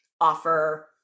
offer